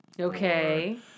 Okay